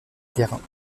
terrains